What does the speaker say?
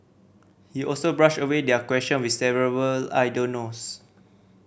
he also brushed away their question with several I don't knows